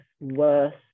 worse